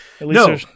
No